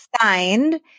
signed